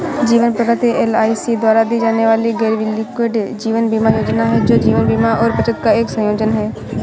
जीवन प्रगति एल.आई.सी द्वारा दी जाने वाली गैरलिंक्ड जीवन बीमा योजना है, जो जीवन बीमा और बचत का एक संयोजन है